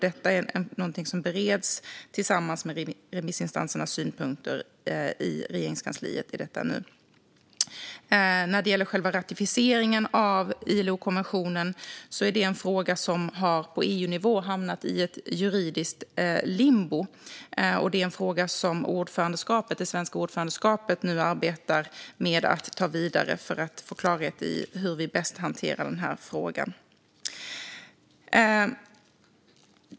Detta är någonting som tillsammans med remissinstansernas synpunkter bereds i Regeringskansliet i detta nu. Själva ratificeringen av ILO-konventionen är en fråga som på EU-nivå har hamnat i juridiskt limbo, och det är en fråga som det svenska ordförandeskapet nu arbetar med att föra vidare för att få klarhet i hur vi bäst hanterar den.